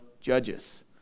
Judges